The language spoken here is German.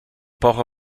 brauche